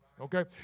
Okay